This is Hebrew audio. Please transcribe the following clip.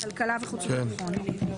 כלכלה וחוץ וביטחון,